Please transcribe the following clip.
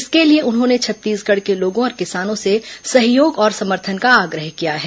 इसके लिए उन्होंने छत्तीसगढ़ के लोगों और किसानों से सहयोग और समर्थन का आग्रह किया है